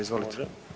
Izvolite.